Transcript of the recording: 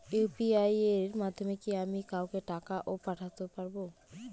UPI এর মাধ্যমে কি আমি কাউকে টাকা ও পাঠাতে পারবো?